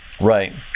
Right